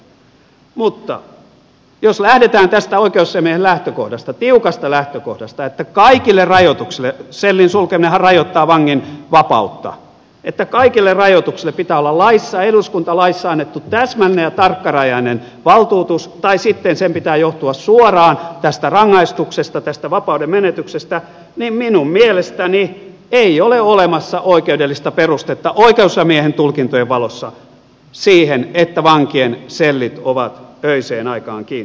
mutta jos lähdetään tästä oikeusasiamiehen lähtökohdasta tiukasta lähtökohdasta että kaikille rajoituksille sellin sulkeminenhan rajoittaa vangin vapautta pitää olla laissa eduskuntalaissa annettu täsmällinen ja tarkkarajainen valtuutus tai sitten sen pitää johtua suoraan tästä rangaistuksesta tästä vapauden menetyksestä niin minun mielestäni ei ole olemassa oikeudellista perustetta oikeusasiamiehen tulkintojen valossa siihen että vankien sellit ovat öiseen aikaan kiinni